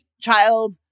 child